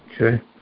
Okay